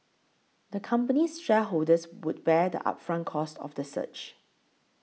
the company's shareholders would bear the upfront costs of the search